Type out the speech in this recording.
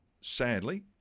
Sadly